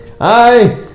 Hi